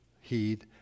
heed